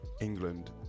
England